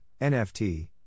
NFT